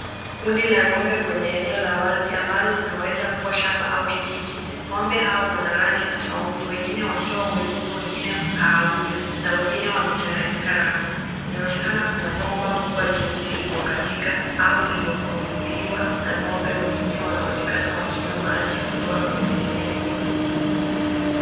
Kundi la ng'ombe kwenye eneo la wazi ambalo linaweza kuwa shamba au kijiji. Ng'ombe hao wana rangi tofauti wengine wakiwa weupe, wengine kahawia na wengine wamechanganyika rangi. Inaonekana kuna bomba kubwa jeusi lililokatika au lililofunguliwa na ng'ombe wengine wanaonekana wakinywa maji kutoka kwenye eneo hilo.